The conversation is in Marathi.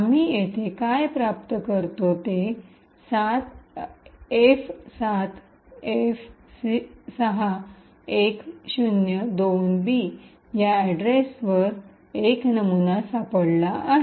आम्ही येथे काय प्राप्त करतो ते F7F6102B या अड्रेसवर एक नमुना सापडला आहे